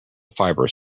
fibres